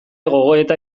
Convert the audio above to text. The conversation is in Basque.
gogoeta